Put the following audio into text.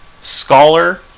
Scholar